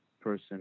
person